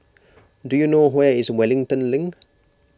do you know where is Wellington Link